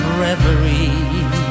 reverie